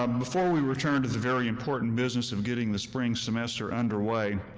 um before we return to the very important business of getting the spring semester under way,